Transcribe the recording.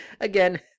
again